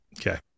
Okay